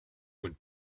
und